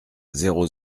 zéro